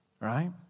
right